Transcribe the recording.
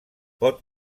pot